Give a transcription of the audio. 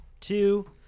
two